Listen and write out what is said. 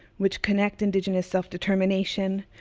which connect indigenous self determination,